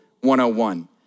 101